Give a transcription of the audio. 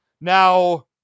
Now